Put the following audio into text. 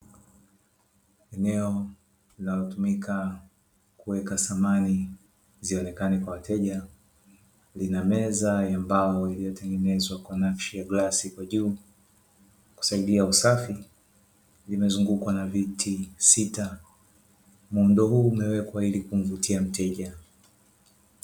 Eneo linalotumika kuweka samani zionekane kwa wateja, lina meza ya mbao iliyotengenezwa kwa nakshi ya glasi kwa juu kusaidia usafi, limezungukwa na viti sita; muundo huu umewekwa ili kumvutia mteja.